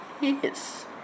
yes